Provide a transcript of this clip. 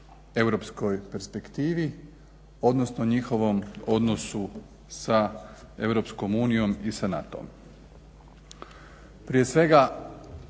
europskoj perspektivi, odnosno njihovom odnosu sa EU i sa NATO-om. Prije svega